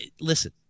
Listen